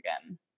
again